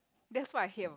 that's what I hate about